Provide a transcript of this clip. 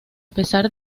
pesar